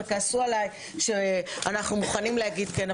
כעסו עלי שהיינו מוכנים להגיד כן,